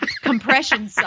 compression